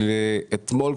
אבל אתמול,